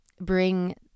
bring